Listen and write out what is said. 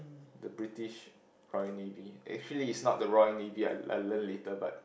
the British-Royal-Navy actually is not the Royal Navy I I learn later but